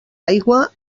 aigua